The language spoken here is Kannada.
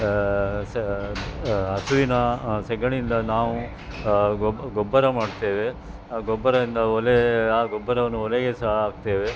ಹಸುವಿನ ಸಗಣಿಯಿಂದ ನಾವು ಗೊಬ್ ಗೊಬ್ಬರ ಮಾಡ್ತೇವೆ ಆ ಗೊಬ್ಬರದಿಂದ ಒಲೆ ಆ ಗೊಬ್ಬರವನ್ನು ಒಲೆಗೆ ಸಹ ಹಾಕ್ತೇವೆ